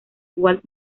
walt